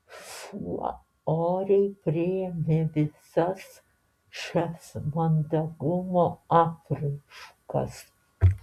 šuo oriai priėmė visas šias mandagumo apraiškas